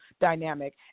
dynamic